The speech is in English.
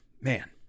Man